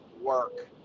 work